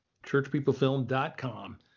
churchpeoplefilm.com